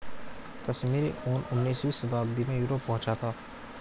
कश्मीरी ऊन उनीसवीं शताब्दी में यूरोप पहुंचा था